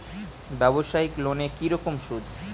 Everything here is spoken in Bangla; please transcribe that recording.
ব্যবসায়িক লোনে কি রকম সুদ?